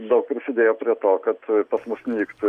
daug prisidėjo prie to kad pas mus neliktų